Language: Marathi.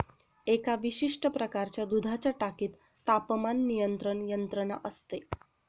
एका विशिष्ट प्रकारच्या दुधाच्या टाकीत तापमान नियंत्रण यंत्रणा असते